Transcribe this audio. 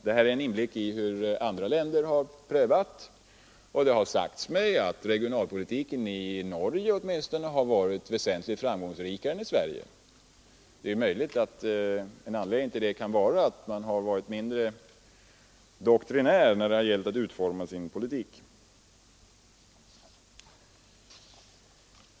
Detta är en inblick i hur andra länder har det ordnat, och åtminstone regionalpolitiken i Norge har varit väsentligt mera framgångsrik än i Sverige. En anledning härtill kan vara att man i Norge har varit mindre doktrinär när det gällt att utforma sin politik.